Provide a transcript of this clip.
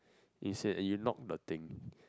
you said you knock the thing